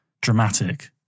dramatic